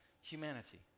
humanity